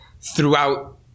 throughout